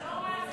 זה לא רע,